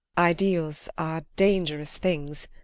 ideals are dangerous things.